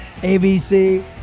ABC